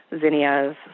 zinnias